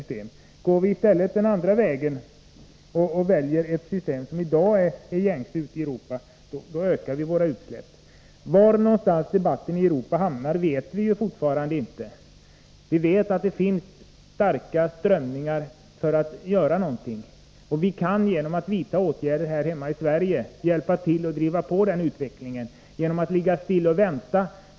Skulle vi i stället gå den andra vägen och välja ett system som i dag är gängse ute i Europa, då skulle vi öka våra utsläpp. Vart debatten ute i Europa leder vet vi ännu inte, men vi vet att det finns starka krafter för att man skall göra någonting. Genom att vidta åtgärder här i Sverige kan vi hjälpa till och driva på den utvecklingen. Genom att avvakta gör vi ingen nytta.